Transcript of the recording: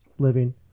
living